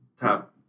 Top